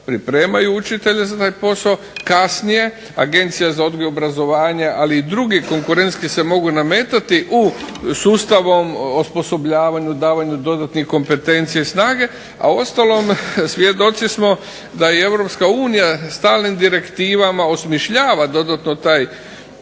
pripremaju učitelje za taj posao, kasnije Agencija za odgoj i obrazovanje, ali i druge konkurentske se mogu nametati sustavom osposobljavanja, davanju dodatnih kompetencija i snage. A uostalom, svjedoci smo da i Europska unija stalnim direktivama osmišljava dodatno taj sustav,